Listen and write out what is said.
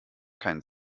kein